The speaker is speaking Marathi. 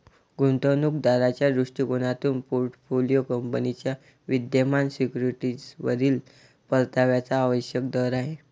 गुंतवणूक दाराच्या दृष्टिकोनातून पोर्टफोलिओ कंपनीच्या विद्यमान सिक्युरिटीजवरील परताव्याचा आवश्यक दर आहे